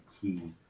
key